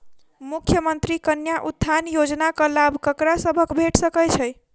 मुख्यमंत्री कन्या उत्थान योजना कऽ लाभ ककरा सभक भेट सकय छई?